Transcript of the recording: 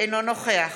אינו נוכח